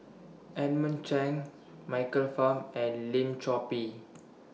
Edmund Cheng Michael Fam and Lim Chor Pee